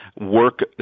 work